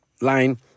line